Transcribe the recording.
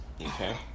Okay